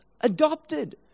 adopted